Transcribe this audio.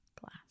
glass